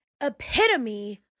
epitome